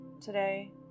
today